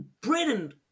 Britain